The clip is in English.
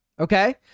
Okay